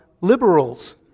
liberals